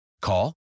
Call